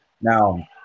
now